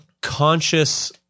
conscious